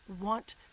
want